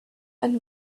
and